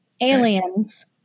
Aliens